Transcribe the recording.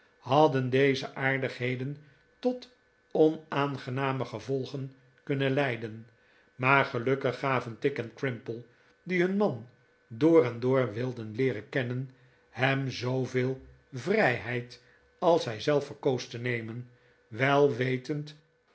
hadden deze aardigheden tot onaangename gevolgen kunnen leidenmaar gelukkig gaven tigg en crimple die hun man door en door wilden leeren kennen hem zooveel vrijheid als hij zelf verkoos te nemen wel wetend